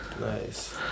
Nice